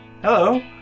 Hello